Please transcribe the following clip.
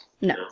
No